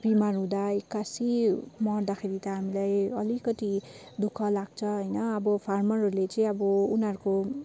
बिमार हुँदा एक्कासि मर्दाखेरि त हामीलाई अलिकति दु ख लाग्छ होइन अब फार्मरहरूले चाहिँ अब उनीहरूको